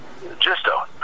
Gisto